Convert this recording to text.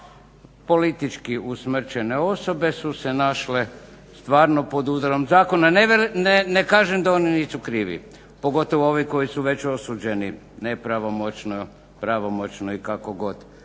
Politički usmrćene osobe su se našle stvarno pod udarom zakona. Ne kažem da oni nisu krivi, pogotovo ovi koji su već osuđeni nepravomoćno, pravomoćno i kako god.